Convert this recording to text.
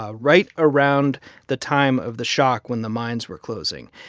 ah right around the time of the shock when the mines were closing,